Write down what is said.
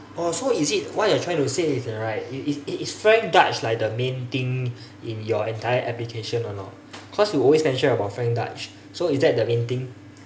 oh so is it what you're trying to say is that right it is it is frank dutch like the main thing in your entire application or not cause you always mention about frank dutch so is that the main thing